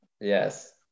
Yes